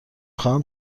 خواهم